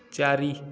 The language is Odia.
ଚାରି